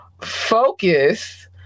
focus